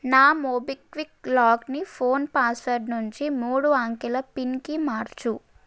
నా మోబిక్విక్ లాక్ని phone password నుండి మూడు అంకెల పిన్కి మార్చుము